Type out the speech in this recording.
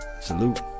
salute